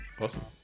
Awesome